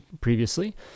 previously